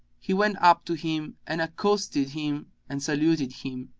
he went up to him and accosted him and saluted him,